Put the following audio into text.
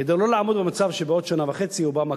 כדי שלא לעמוד במצב שבעוד שנה וחצי אובמה